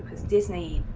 as disney